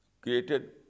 created